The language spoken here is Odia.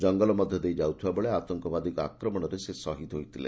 ଜଙ୍ଗଲ ମଧ୍ଧ ଦେଇ ଯାଉଥିବାବେଳେ ଆତଙ୍କବାଦୀଙ୍କ ଆକ୍ରମଶରେ ସେ ସହିଦ ହୋଇଥିଲେ